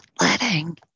letting